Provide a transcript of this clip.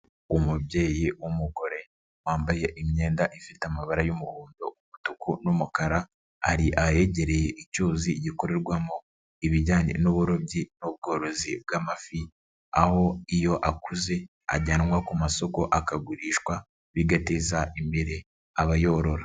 Umubyeyi w'umugore, wambaye imyenda ifite amabara y'umuhondo, umutuku n'umukara, ari ahegereye icyuzi gikorerwamo ibijyanye n'uburobyi n'ubworozi bw'amafi, aho iyo akuze ajyanwa ku masoko akagurishwa, bigateza imbere abayorora.